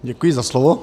Děkuji za slovo.